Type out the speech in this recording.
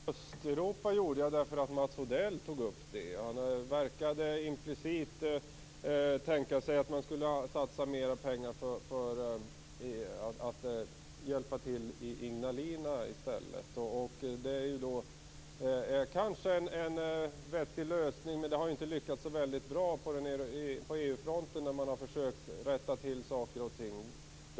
Fru talman! Anledningen till detta med Östeuropa var att Mats Odell tog upp den saken. Implicit verkade han kunna tänka sig att satsa mera pengar på att i stället hjälpa till i Ignalina. Kanske är det en vettig lösning men det har ju inte lyckats särskilt bra på EU fronten när man därifrån har försökt att rätta till saker och ting.